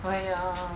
!aiya!